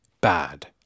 bad